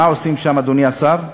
מה עושים שם, אדוני השר?